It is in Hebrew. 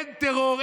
אין טרור,